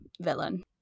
villain